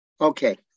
Okay